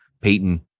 Peyton